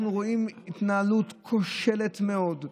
אנחנו רואים התנהלות כושלת מאוד,